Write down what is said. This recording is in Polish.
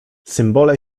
symbole